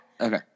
Okay